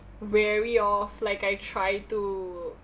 wary of like I try to